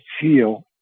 feel